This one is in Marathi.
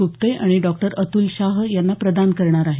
ग्रप्ते आणि डॉक्टर अतुल शाह यांना प्रदान करणार आहेत